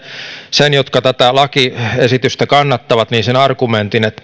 niiltä jotka tätä lakiesitystä kannattavat sen argumentin että